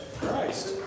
Christ